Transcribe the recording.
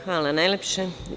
Hvala najlepše.